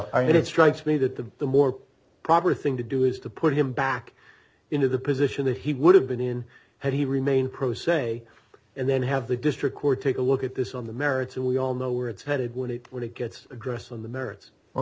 and it strikes me that the the more proper thing to do is to put him back into the position that he would have been in had he remained pro se and then have the district court take a look at this on the merits and we all know where it's headed when it when it gets addressed on the merits o